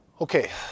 Okay